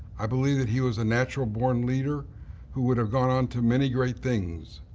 i believe that he was a natural born leader who would have gone on to many great things,